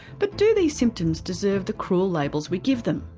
but do these symptoms deserve the cruel labels we give them?